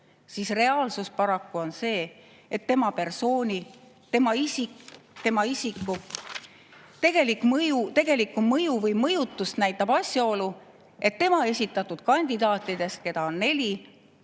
siis reaalsus paraku on see, et tema persooni, tema isiku tegelikku mõju või mõjutust näitab asjaolu, et tema esitatud kandidaatidest, keda on neli,